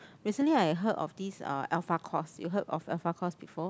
recently I heard of this alpha course you heard of alpha course before